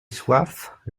soif